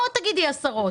לא תגידי עשרות.